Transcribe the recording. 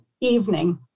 evening